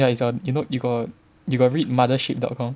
ya it's on you know you got you got read Mothership dot com